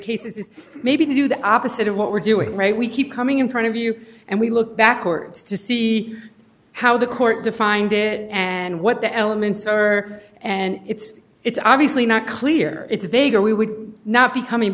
cases may be to do the opposite of what we're doing right we keep coming in front of you and we look backwards to see how the court defined it and what the elements are and it's it's obviously not clear it's vague or we would not be coming